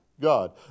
God